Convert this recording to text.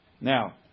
Now